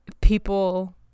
people